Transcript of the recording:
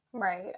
Right